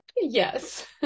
yes